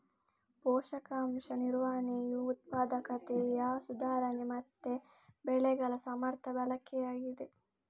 ಪೋಷಕಾಂಶ ನಿರ್ವಹಣೆಯು ಉತ್ಪಾದಕತೆಯ ಸುಧಾರಣೆ ಮತ್ತೆ ಬೆಳೆಗಳ ಸಮರ್ಥ ಬಳಕೆಯಾಗಿದೆ